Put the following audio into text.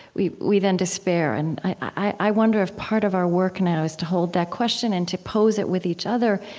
we we then despair. and i wonder if part of our work now is to hold that question and to pose it with each other.